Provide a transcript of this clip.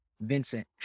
Vincent